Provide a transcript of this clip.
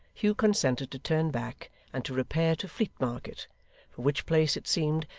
hugh consented to turn back and to repair to fleet market for which place, it seemed,